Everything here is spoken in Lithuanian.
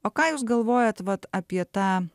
o ką jūs galvojat vat apie tą